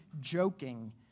joking